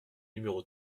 numéro